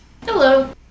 hello